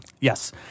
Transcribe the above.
Yes